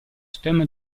stemma